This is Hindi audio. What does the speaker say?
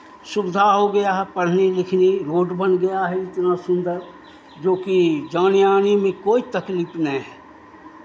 सुविधा हो गया है पढ़ने लिखने रोड बन गया है इतना सुंदर जोकि जाने आने में कोई तकलीफ नहीं है